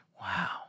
Wow